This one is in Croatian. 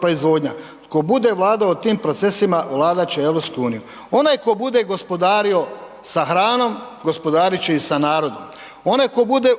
proizvodnja. Tko bude vladao tim procesima, vladat će Europskom unijom. Onaj tko bude gospodario sa hranom, gospodarit će i sa narodom. Onaj tko bude